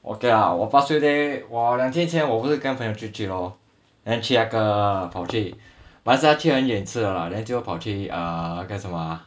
okay ah 我 past few day 我两天前我不是跟朋友出去 lor then 去那个跑去 but then 是去到很远 lah then 就跑去那个什么 ah